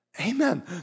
Amen